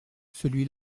celui